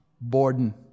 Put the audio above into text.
Borden